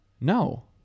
No